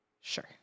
Sure